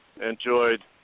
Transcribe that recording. enjoyed